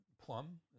plum